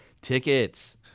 tickets